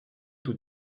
tout